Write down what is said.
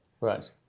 Right